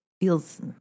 feels